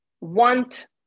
want